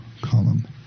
column